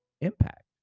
impact